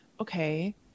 okay